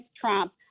Trump